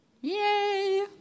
Yay